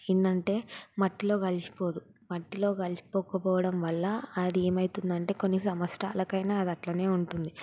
ఏంటంటే మట్టిలో కలసిపోదు మట్టిలో కలిపి పోకపోవడం వల్ల అది ఏమవుతుందంటే కొన్ని సంవత్సరాలకి అయినా అది అట్లనే ఉంటుంది